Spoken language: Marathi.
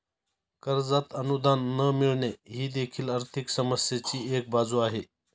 कर्जात अनुदान न मिळणे ही देखील आर्थिक समस्येची एक बाजू आहे